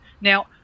Now